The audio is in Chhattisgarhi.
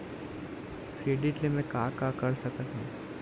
क्रेडिट ले मैं का का कर सकत हंव?